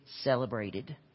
celebrated